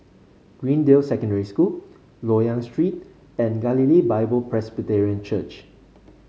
Greendale Secondary School Loyang Street and Galilee Bible Presbyterian Church